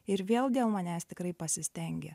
ir vėl dėl manęs tikrai pasistengė